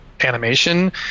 animation